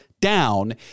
down